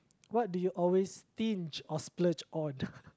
what do you always stinge or splurge on